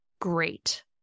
great